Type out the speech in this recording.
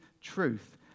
truth